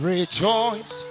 Rejoice